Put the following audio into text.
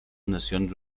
nacions